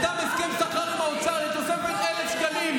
הטופ של הטופ, אלופים.